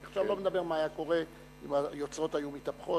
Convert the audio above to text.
אני עכשיו לא מדבר על מה היה קורה אם היוצרות היו מתהפכות,